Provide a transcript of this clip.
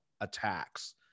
attacks